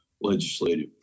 legislative